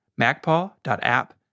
MacPaw.app